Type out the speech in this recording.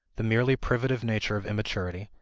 the merely privative nature of immaturity,